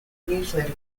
newsletter